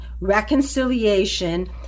reconciliation